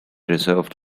reserved